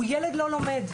הוא ילד לא לומד.